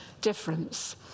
difference